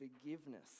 forgiveness